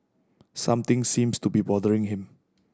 something seems to be bothering him